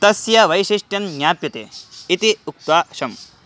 तस्य वैशिष्ट्यं ज्ञाप्यते इति उक्त्वा शम्